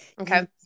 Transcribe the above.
Okay